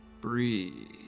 Breathe